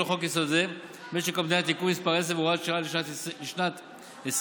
לחוק-יסוד: משק המדינה (תיקון מס' 10 והוראת שעה לשנת 2020),